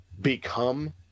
become